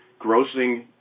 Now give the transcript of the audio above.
grossing